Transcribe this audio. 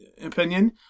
opinion